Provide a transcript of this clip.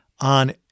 on